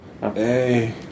Hey